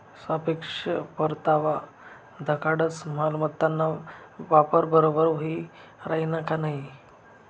सापेक्ष परतावा दखाडस मालमत्ताना वापर बराबर व्हयी राहिना का नयी